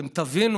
אתם תבינו